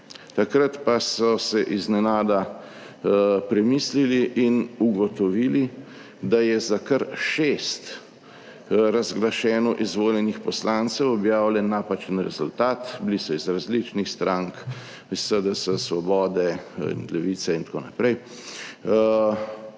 Takrat pa so se iznenada premislili in ugotovili, da je za kar 6 razglašeno izvoljenih poslancev objavljen napačen rezultat. Bili so iz različnih strank: iz SDS, Svobode, Levice in tako naprej